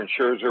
Scherzer